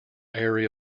area